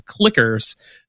clickers